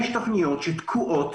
יש תכניות שתקועות